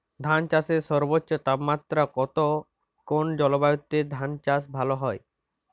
ধান চাষে সর্বোচ্চ তাপমাত্রা কত কোন জলবায়ুতে ধান চাষ ভালো হয়?